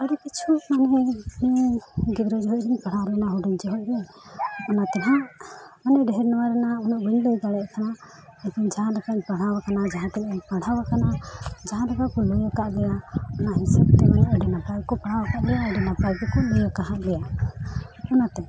ᱟᱹᱰᱤᱠᱤᱪᱷᱩ ᱜᱮ ᱢᱟᱱᱮ ᱤᱧ ᱜᱤᱫᱽᱨᱟᱹ ᱩᱢᱮᱨ ᱨᱮᱧ ᱯᱟᱲᱦᱟᱣ ᱞᱮᱱᱟ ᱦᱩᱰᱤᱧ ᱡᱷᱚᱡ ᱚᱱᱟᱛᱮ ᱦᱟᱸᱜ ᱢᱟᱱᱮ ᱰᱷᱮᱨ ᱱᱚᱣᱟ ᱨᱮᱱᱟᱜ ᱩᱱᱟᱹᱜ ᱵᱟᱹᱧ ᱞᱟᱹᱭ ᱫᱟᱲᱮᱭᱟᱜ ᱠᱟᱱᱟ ᱞᱮᱠᱤᱱ ᱡᱟᱦᱟᱸ ᱞᱮᱠᱟᱧ ᱯᱟᱲᱦᱟᱣ ᱠᱟᱱᱟ ᱡᱟᱦᱟᱛᱤᱱᱟᱹᱜ ᱤᱧ ᱯᱟᱲᱦᱟᱣ ᱠᱟᱱᱟ ᱡᱟᱦᱟᱸ ᱞᱮᱠᱟ ᱠᱚ ᱞᱟᱹᱭ ᱠᱟᱜ ᱞᱮᱭᱟ ᱚᱱᱟ ᱦᱤᱥᱟᱹᱵᱛᱮ ᱢᱟᱱᱮ ᱟᱹᱰᱤ ᱱᱟᱯᱟᱭ ᱠᱚ ᱯᱟᱲᱦᱟᱣ ᱠᱟᱫ ᱞᱮᱭᱟ ᱟᱹᱰᱤ ᱱᱟᱯᱟᱭ ᱜᱮᱠᱚ ᱞᱟᱹᱭ ᱠᱟᱦᱟᱜ ᱞᱮᱭᱟ ᱚᱱᱟᱛᱮ